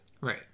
right